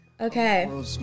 Okay